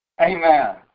Amen